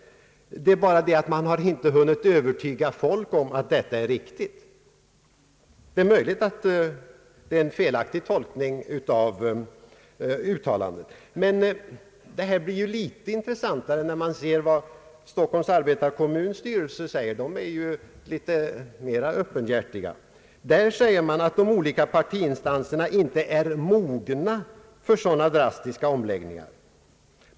Det är bara det att man inte hunnit övertyga folk om att detta är riktigt. Möjligen är detta en felaktig tolkning av uttalandet, men det blir något intressantare när man ser vad Stockholms arbetarekommuns styrelse säger. Den är något öppenhjärtigare och förklarar, att de olika partiinstanserna inte är »mogna» för sådana drastiska omläggningar.